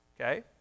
Okay